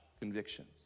convictions